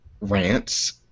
rants